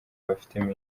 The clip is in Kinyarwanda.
bafitemo